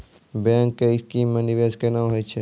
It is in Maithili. बैंक के स्कीम मे निवेश केना होय छै?